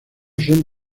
son